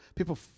People